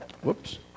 Whoops